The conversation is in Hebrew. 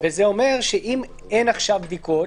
זה אומר שאם אין עכשיו בדיקות,